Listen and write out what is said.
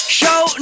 show